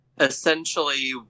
essentially